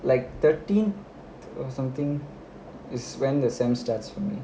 like thirteen or something is when the semester starts for me